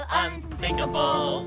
unthinkable